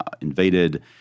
invaded